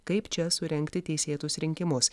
kaip čia surengti teisėtus rinkimus